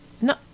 No